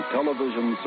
Television